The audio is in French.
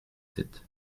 sept